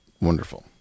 wonderful